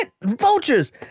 vultures